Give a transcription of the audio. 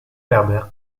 herbert